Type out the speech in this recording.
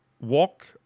walk